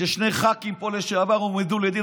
ששני ח"כים לשעבר פה הועמדו לדין,